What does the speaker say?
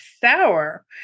sour